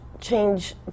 change